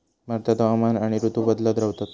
भारतात हवामान आणि ऋतू बदलत रव्हतत